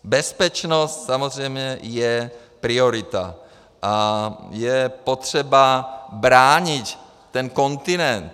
Bezpečnost, samozřejmě, je priorita a je potřeba bránit ten kontinent.